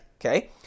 Okay